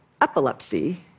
epilepsy